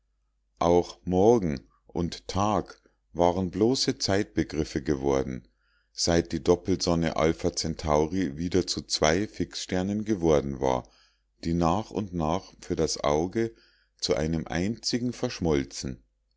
auch morgen und tag waren bloße zeitbegriffe geworden seit die doppelsonne alpha centauri wieder zu zwei fixsternen geworden war die nach und nach für das auge zu einem einzigen verschmolzen